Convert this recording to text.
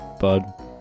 bud